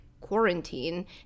Quarantine